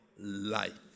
life